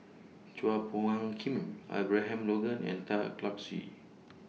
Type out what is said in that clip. Chua Phung Kim Abraham Logan and Tan Lark Sye